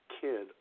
kid